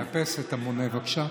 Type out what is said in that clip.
תאפס את המונה, בבקשה.